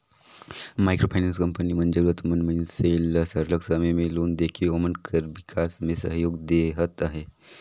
micro finance company मन जरूरत मंद मइनसे मन ल सरलग समे में लोन देके ओमन कर बिकास में सहयोग देहत अहे